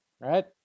right